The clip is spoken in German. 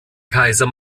kaiser